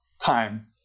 time